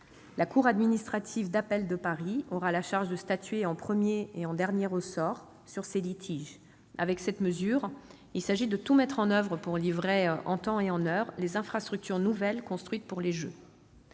La cour administrative d'appel de Paris aura la charge de statuer en premier et dernier ressort sur ces litiges. Avec cette mesure, il s'agit de tout mettre en oeuvre pour livrer, en temps et en heure, les infrastructures nouvelles construites pour les Jeux.